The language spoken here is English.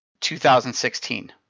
2016